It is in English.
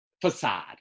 facade